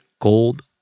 gold